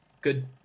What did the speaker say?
Good